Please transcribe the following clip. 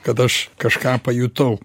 kad aš kažką pajutau